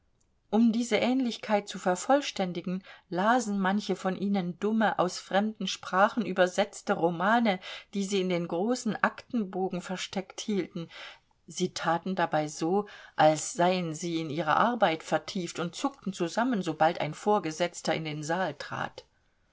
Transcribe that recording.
um diese ähnlichkeit zu vervollständigen lasen manche von ihnen dumme aus fremden sprachen übersetzte romane die sie in den großen aktenbogen versteckt hielten sie taten dabei so als seien sie in ihre arbeit vertieft und zuckten zusammen sobald ein vorgesetzter in den saal trat